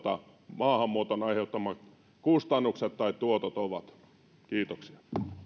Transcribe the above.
maahanmuuton aiheuttamat kustannukset tai tuotot ovat kiitoksia